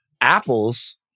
Apples